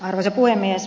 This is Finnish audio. arvoisa puhemies